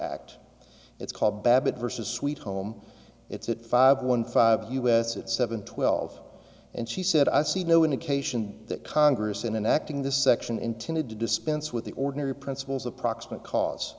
act it's called babbitt vs sweet home it's at five one five us it's seven twelve and she said i see no indication that congress and acting this section intended to dispense with the ordinary principles of proximate cause